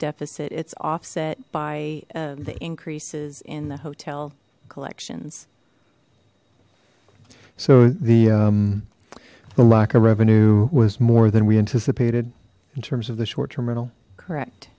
deficit it's offset by the increases in the hotel collections so the lack of revenue was more than we anticipated in terms of the short term rental correct